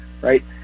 right